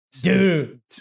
Dude